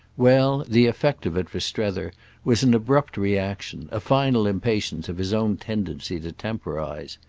well, the effect of it for strether was an abrupt reaction, a final impatience of his own tendency to temporise.